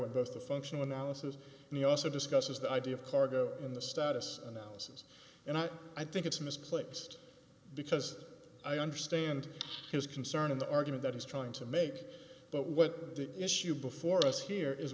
the functional analysis and he also discusses the idea of cargo in the status and houses and i i think it's misplaced because i understand his concern and the argument that he's trying to make but what the issue before us here is